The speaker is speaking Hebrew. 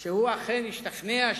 שהוא אכן ישתכנע,